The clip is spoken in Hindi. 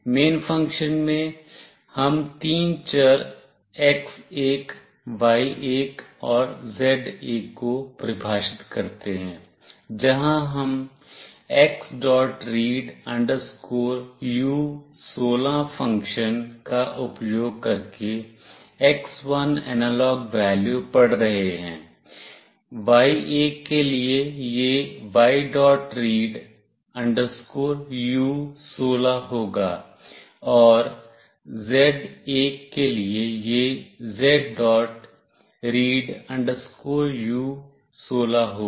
मेन फ़ंक्शन में हम तीन चर x1 y1 और z1 को परिभाषित करते हैं जहां हम xread u16 फ़ंक्शन का उपयोग करके x1 एनालॉग वैल्यू पढ़ रहे हैं y1 के लिए यह yread u16 होगा और z1 के लिए यह zread u16 होगा